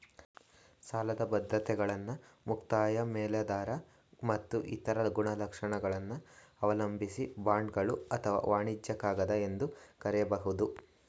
ಸಾಲದ ಬದ್ರತೆಗಳನ್ನ ಮುಕ್ತಾಯ ಮೇಲಾಧಾರ ಮತ್ತು ಇತರ ಗುಣಲಕ್ಷಣಗಳನ್ನ ಅವಲಂಬಿಸಿ ಬಾಂಡ್ಗಳು ಅಥವಾ ವಾಣಿಜ್ಯ ಕಾಗದ ಎಂದು ಕರೆಯಬಹುದು